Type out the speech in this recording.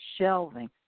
shelving